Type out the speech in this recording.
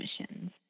missions